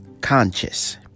conscious